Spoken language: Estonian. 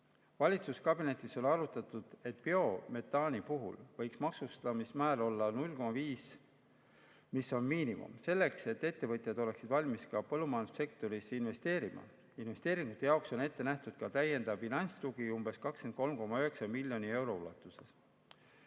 Valitsuskabinetis on arutatud, et biometaani puhul võiks maksustamismäär olla 0,5, mis on miinimum selleks, et ettevõtjad oleksid valmis ka põllumajandussektorisse investeerima. Investeeringute jaoks on ette nähtud ka täiendav finantstugi 23,9 miljoni euro ulatuses.